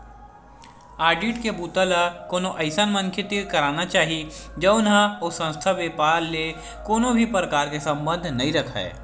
audit के बूता ल कोनो अइसन मनखे तीर कराना चाही जउन ह ओ संस्था, बेपार ले कोनो भी परकार के संबंध नइ राखय